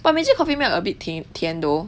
but Meiji coffee milk a bit 甜甜 though